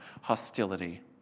hostility